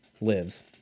lives